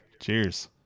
Cheers